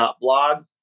blog